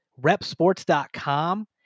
repsports.com